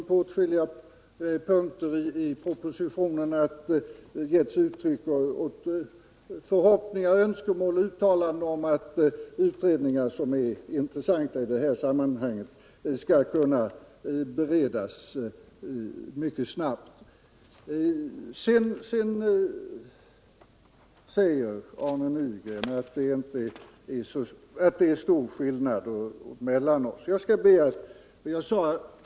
På åtskilliga punkter i propositionen har justitieministern uttryckt förhoppningar och önskemål om att utredningar som i detta sammanhang är intressanta skall kunna slutföras mycket snabbt. Sedan sade Arne Nygren att det är stor skillnad mellan oss.